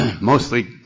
Mostly